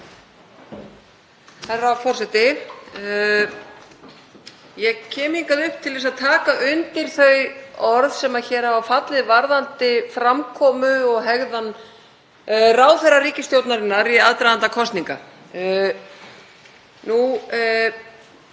Herra forseti. Ég kem hingað upp til að taka undir þau orð sem hafa fallið varðandi framkomu og hegðun ráðherra ríkisstjórnarinnar í aðdraganda kosninga. Nú